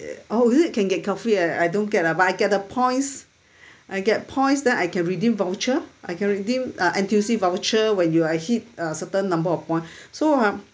oh is it can get coffee ah I don't get lah but I get the points I get points then I can redeem voucher I can redeem uh N_T_U_C voucher when you are hit uh certain number of point so ah